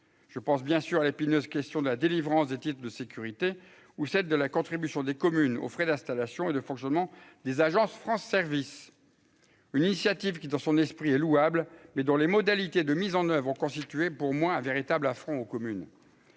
je pense bien sûr à l'épineuse question de la délivrance des titres de sécurité ou celle de la contribution des communes aux frais d'installation et de fonctionnement des agences France service, une initiative qui dans son esprit est louable, mais dont les modalités de mise en oeuvre, ont constitué pour moi un véritable affront aux communes.